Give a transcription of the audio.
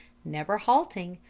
never halting,